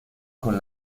con